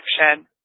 action